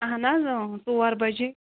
اَہَن حظ ژور بَجے